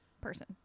person